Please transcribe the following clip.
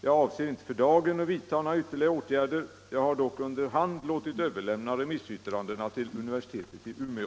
Jag avser inte för dagen att vidta några ytterligare åtgärder. Jag har dock under hand låtit överlämna remissyttrandena till universitetet i Umeå.